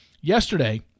yesterday